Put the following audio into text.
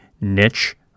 niche